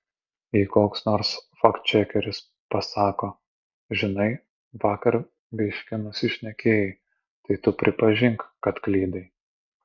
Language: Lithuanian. jei koks nors faktčekeris pasako žinai vakar biškį nusišnekėjai tai tu pripažink kad klydai